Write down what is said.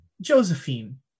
Josephine